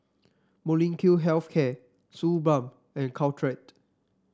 Molnylcke Health Care Suu Balm and Caltrate